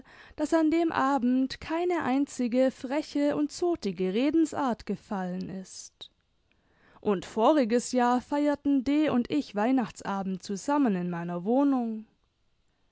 daß an dem abend keine einzige freche und zotige redensart gefallen ist und voriges jahr feierten d und ich weihnachtsabend zusammen in meiner wohnung